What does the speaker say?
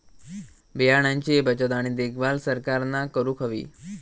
बियाणांची बचत आणि देखभाल सरकारना करूक हवी